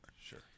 Sure